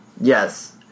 Yes